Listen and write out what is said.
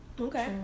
Okay